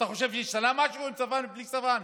אתה חושב שהשתנה משהו עם שפם או בלי שפם?